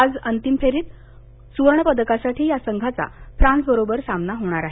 आज अंतिम फेरीत स्वर्णपदकासाठी या संघाचा फ्रान्सबरोबर सामना होणार आहे